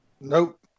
Nope